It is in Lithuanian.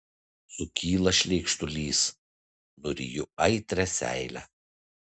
sukyla šleikštulys nuryju aitrią seilę